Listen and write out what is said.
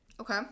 Okay